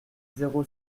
zéro